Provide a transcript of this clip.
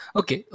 okay